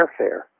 airfare